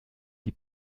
die